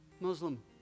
Muslim